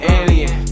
alien